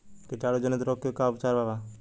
कीटाणु जनित रोग के का उपचार बा?